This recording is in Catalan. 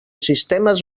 sistemes